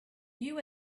you